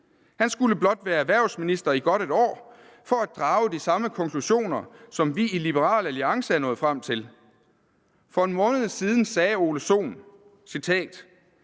Han skulle blot være erhvervsminister i godt et år for at drage de samme konklusioner, som vi i Liberal Alliance er nået frem til. For en måned siden sagde hr. Ole Sohn: »Skatten